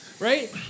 Right